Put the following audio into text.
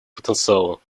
потенциала